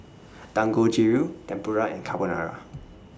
Dangojiru Tempura and Carbonara